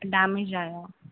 damage ആയോ